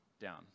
down